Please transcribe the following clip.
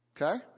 Okay